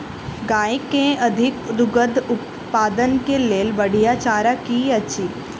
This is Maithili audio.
गाय केँ अधिक दुग्ध उत्पादन केँ लेल बढ़िया चारा की अछि?